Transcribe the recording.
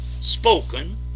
spoken